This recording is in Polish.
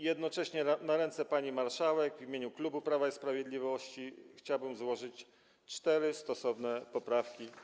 Jednocześnie na ręce pani marszałek w imieniu klubu Prawo i Sprawiedliwość chciałbym złożyć cztery stosowne poprawki.